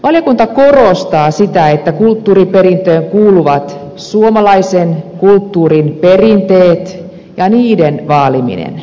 valiokunta korostaa sitä että kulttuuriperintöön kuuluvat suomalaisen kulttuurin perinteet ja niiden vaaliminen